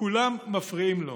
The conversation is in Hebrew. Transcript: כולם מפריעים לו.